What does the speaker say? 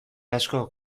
askok